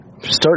start